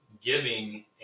giving